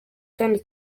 kandi